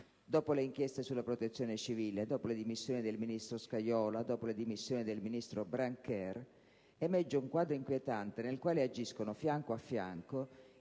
Dopo le inchieste sulla Protezione civile, dopo le dimissioni del ministro Scajola e dopo le dimissioni del ministro Brancher, emerge un quadro inquietante nel quale agiscono, fianco a fianco,